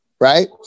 Right